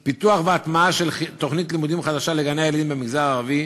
ובהם פיתוח והטמעה של תוכנית לימודים חדשה לגני-הילדים במגזר הערבי,